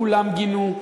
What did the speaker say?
כולם גינו,